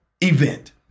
event